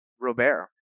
Robert